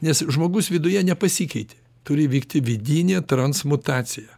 nes žmogus viduje nepasikeitė turi įvykti vidinė transmutacija